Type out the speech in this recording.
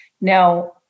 Now